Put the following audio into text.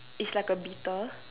is like a beetle